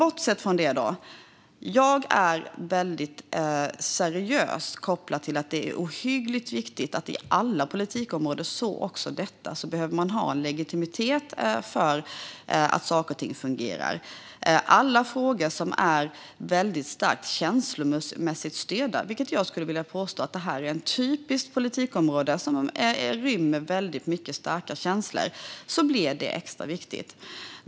Bortsett från det: Jag är seriöst kopplad till att det är ohyggligt viktigt att man på alla politikområden, så också detta, har en legitimitet för att saker och ting fungerar. Det blir extra viktigt i alla frågor som är starkt känslomässigt styrda, och jag skulle vilja påstå att det här är ett typiskt politikområde som rymmer väldigt många starka känslor.